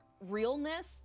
realness